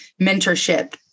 mentorship